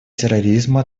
терроризма